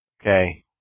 Okay